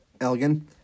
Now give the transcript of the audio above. Elgin